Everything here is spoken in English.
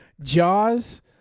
Jaws